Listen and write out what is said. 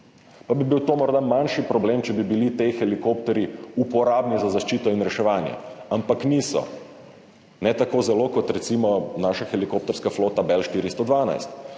Pa bi bil to morda manjši problem, če bi bili ti helikopterji uporabni za zaščito in reševanje, ampak niso. Ne tako zelo kot recimo naša helikopterska flota Bell 412.